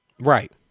Right